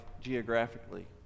geographically